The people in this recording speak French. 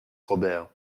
robert